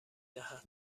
دهد